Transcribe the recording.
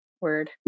word